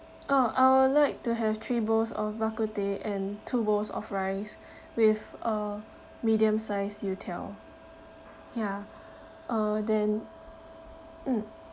uh I would like to have three bowls of bak kut teh and two bowls of rice with a medium size youtiao ya uh then mm